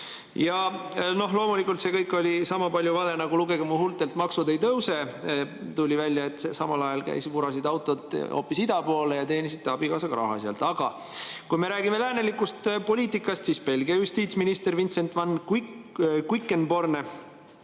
Ja loomulikult see kõik oli sama palju vale nagu "Lugege mu huultelt: maksud ei tõuse". Tuli välja, et samal ajal vurasid autod hoopis ida poole ja teenisite abikaasaga raha sealt. Aga rääkides läänelikust poliitikast, Belgia justiitsminister Vincent Van Quickenborne